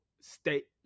state